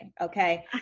okay